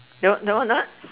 no no not